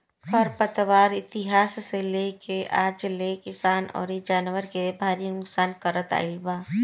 खर पतवार इतिहास से लेके आज ले किसान अउरी जानवर के भारी नुकसान करत आईल बा